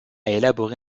élaboré